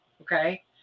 Okay